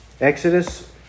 Exodus